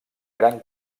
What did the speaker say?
gran